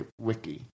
Wiki